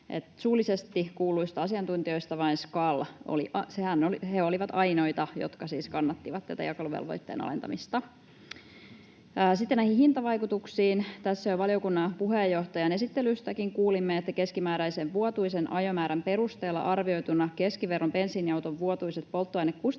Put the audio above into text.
Suullisesti kuulluista asiantuntijoista vain SKAL oli ainoa, joka siis kannatti tätä jakeluvelvoitteen alentamista. Sitten näihin hintavaikutuksiin. Tässä jo valiokunnan puheenjohtajan esittelystäkin kuulimme, että keskimääräisen vuotuisen ajomäärän perusteella arvioituna keskiverron bensiiniauton vuotuiset polttoainekustannukset